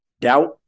doubt